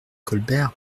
colbert